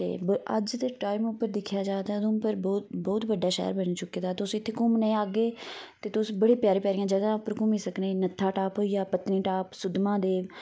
ते अज्ज दे टाइम उप्पर दिक्खेआ जाए ते उधमपुर बहुत बड़ा शैह्र बनी चुके दा ऐ तुस इत्थै धूमने गी औगे ते तुस बड़ी प्यारी प्यारी जगह उपर घूमी सकने जियां नत्था टाप होई गेआ पत्तनी टाप होई गेआ सुद्धमहादेव